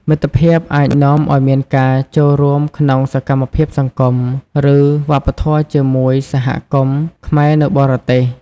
មិត្តភាពអាចនាំឱ្យមានការចូលរួមក្នុងសកម្មភាពសង្គម ឬវប្បធម៌ជាមួយ សហគមន៍ខ្មែរនៅបរទេស ។